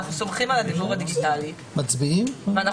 אנחנו